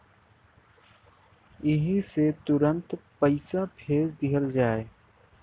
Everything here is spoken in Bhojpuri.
एह से तुरन्ते पइसा भेज देवल जाला